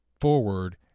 forward